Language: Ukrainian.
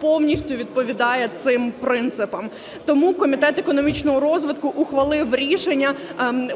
повністю відповідає цим принципам. Тому Комітет економічного розвитку ухвалив рішення